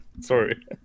sorry